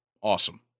Awesome